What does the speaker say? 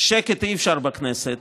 שקט אי-אפשר בכנסת,